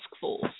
force